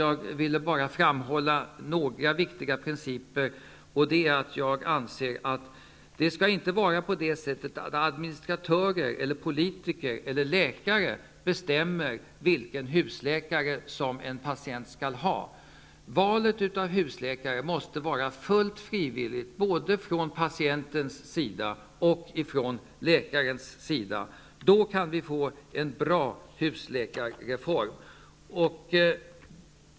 Jag vill därför bara framhålla några viktiga principer. Det skall inte vara så att administratörer eller politiker eller läkare skall bestämma vilken husläkare en patient skall ha. Valet av husläkare måste vara fullt frivilligt, både från patientens sida och från läkarens sida. Då kan vi få en bra husläkarreform.